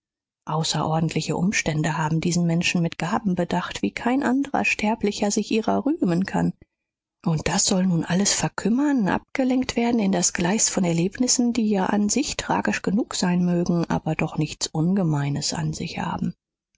außerordentliche umstände haben diesen menschen mit gaben bedacht wie kein andrer sterblicher sich ihrer rühmen kann und das soll nun alles verkümmern abgelenkt werden in das gleis von erlebnissen die ja an sich tragisch genug sein mögen aber doch nichts ungemeines an sich haben